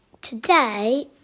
Today